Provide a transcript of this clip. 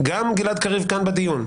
גם גלעד קריב כאן בדיון,